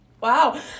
Wow